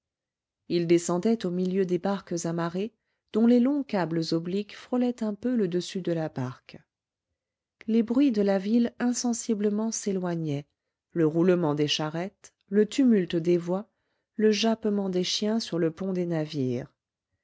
ils descendaient au milieu des barques amarrées dont les longs câbles obliques frôlaient un peu le dessus de la barque les bruits de la ville insensiblement s'éloignaient le roulement des charrettes le tumulte des voix le jappement des chiens sur le pont des navires